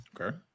Okay